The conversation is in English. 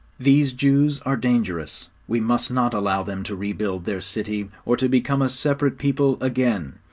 these jews are dangerous. we must not allow them to rebuild their city, or to become a separate people again.